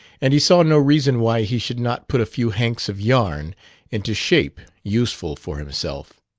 and he saw no reason why he should not put a few hanks of yarn into shape useful for himself.